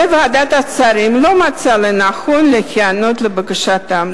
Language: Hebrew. וועדת השרים לא מצאה לנכון להיענות לבקשתם.